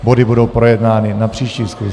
Body budou projednány na příští schůzi.